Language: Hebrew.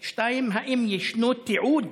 2. האם ישנו תיעוד